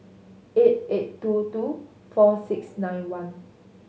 eight eight two two four six nine one